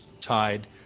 tied